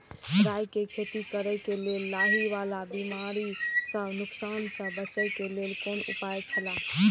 राय के खेती करे के लेल लाहि वाला बिमारी स नुकसान स बचे के लेल कोन उपाय छला?